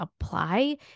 apply